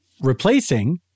replacing